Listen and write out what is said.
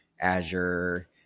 Azure